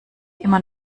immer